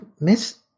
miss –